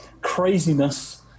craziness